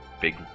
big